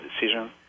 decision